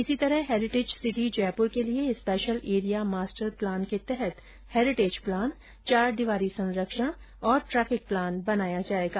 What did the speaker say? इसी प्रकार heritage city Jaipur के लिए स्पेशल एरिया मास्टर प्लान के तहत हैरिटेज प्लान चारदीवारी संरक्षण और ट्रैफिक प्लान बनाया जाएगा